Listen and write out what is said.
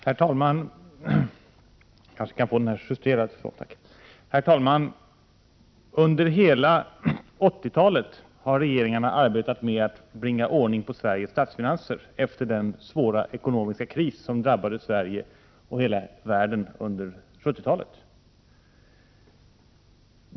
Herr talman! Under hela 80-talet har regeringarna arbetat med att bringa ordning på Sveriges statsfinanser, efter den svåra ekonomiska kris som drabbade Sverige och hela världen under 70-talet.